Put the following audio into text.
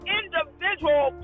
individual